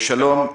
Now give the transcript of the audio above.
שלום.